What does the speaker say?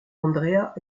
andrea